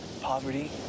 Poverty